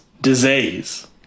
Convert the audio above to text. disease